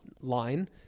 line